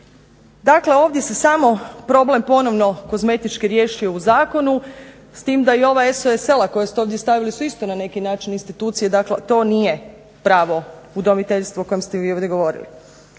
Dakle ovdje se samo problem ponovno kozmetički riješio u zakonu, s tim da i ova SOS sela koja ste ovdje stavili su isto na neki način institucije, dakle to nije pravo udomiteljstvo o kojem ste vi ovdje govorili.